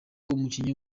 umukinnyi